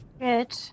Good